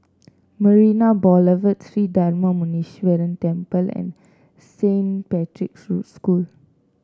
Marina Boulevard Sri Darma Muneeswaran Temple and Saint Patrick's School